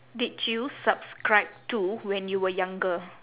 did you subscribe to when you were younger